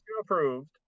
approved